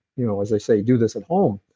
you know as they say, do this at home.